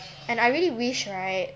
and I really wish right